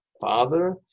father